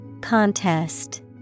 Contest